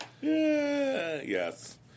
Yes